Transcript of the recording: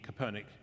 Copernic